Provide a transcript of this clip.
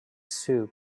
soup